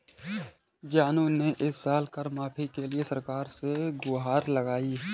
जानू ने इस साल कर माफी के लिए सरकार से गुहार लगाई